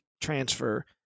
transfer